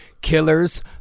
Killers